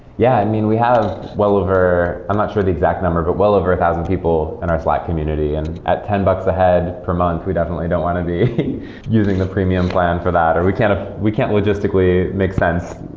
yeah. i mean, we have well over i'm not sure the exact number, but well over a thousand people in our slack community. and at ten bucks a head per month, we definitely don't want to be using the premium plan for that. or we can't ah we can't logistically make sense